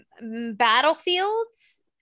battlefields